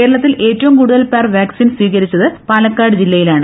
കേരളത്തിൽഏറ്റവും കൂടുതൽ പേർ വാക്സിൻ സ്വീകരിച്ചത് പാലക്കാട് ജില്ലയിലാണ്